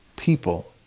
People